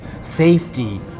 safety